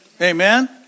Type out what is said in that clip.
Amen